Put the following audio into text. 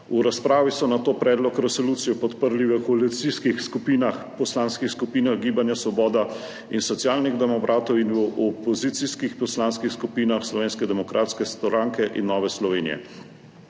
V razpravi so nato predlog resolucije podprli v koalicijskih skupinah, poslanskih skupinah Svoboda in Socialnih demokratov in v opozicijskih poslanskih skupinah Slovenske demokratske stranke in Nove Slovenije.